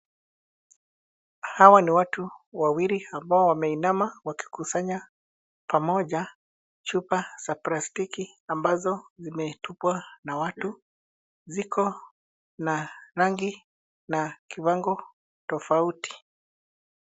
Hawa ni watu wawili ambao wameinama wakikusanya pamoja chupa za plastiki ambazo zimetupwa na watu. Ziko na rangi na kiwago tofauti.